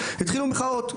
התחילו מחאות,